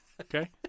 Okay